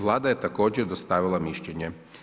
Vlada je također dostavila mišljenje.